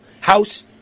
House